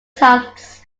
times